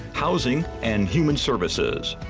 housing, and human services.